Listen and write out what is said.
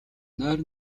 нойр